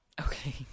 Okay